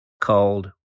called